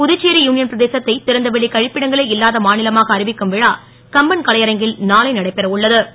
Puducherry union பிரதேசத்தை றந்தவெளிக் க ப்பிடங்களே இல்லாத மா லமாக அறிவிக்கும் விழா கம்பன் கலை அரங்கில் நாளை நடைபெற உள்ள து